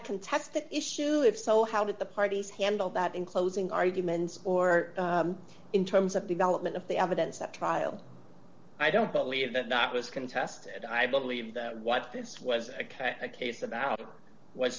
a contested issue if so how did the parties handle that in closing arguments or in terms of development of the evidence at trial i don't believe that not was contested i believe that what this was a k a case about